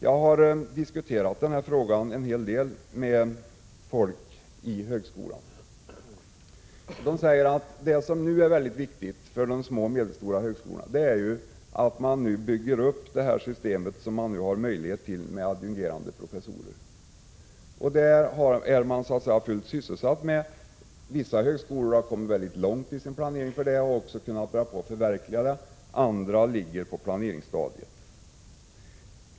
Jag har diskuterat denna fråga en hel del med folk inom högskolan som säger att vad som nu är viktigt för de små och medelstora högskolorna är att man så långt möjligt bygger upp systemet med adjungerande professorer. Detta är man fullt sysselsatt med. Vissa högskolor har kommit långt i sin planering och har också börjat förverkliga planerna. Andra är på planeringsstadiet.